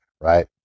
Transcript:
right